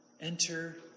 Enter